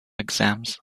exams